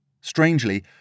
Strangely